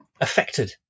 affected